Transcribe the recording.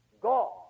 God